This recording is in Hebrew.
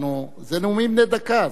זה נאומים בני דקה,